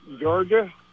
Georgia